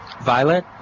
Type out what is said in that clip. Violet